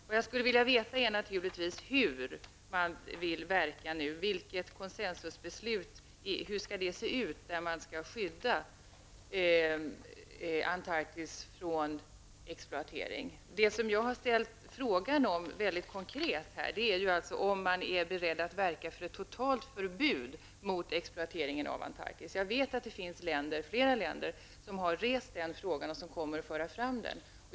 Vad jag skulle vilja veta är hur man nu skall verka, hur det consensusbeslut som skall skydda Antarktis från exploatering skall se ut. Vad jag väldigt konkret har frågat är om regeringen är beredd att verka för ett totalt förbud mot exploateringen av Antarktis. Jag vet att det finns flera länder som har rest den frågan och som kommer att föra fram den.